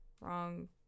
wrong